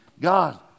God